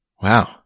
Wow